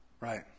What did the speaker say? Right